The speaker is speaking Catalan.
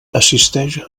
assisteix